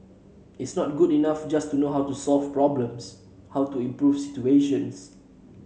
it's not good enough just to know how to solve problems how to improve situations